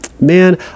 man